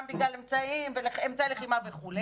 גם בגלל אמצעי לחימה וכו'.